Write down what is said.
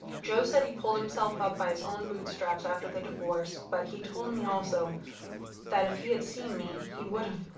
joe said he pulled himself up by his own bootstraps after the divorce but he told me also that if he had been me he would have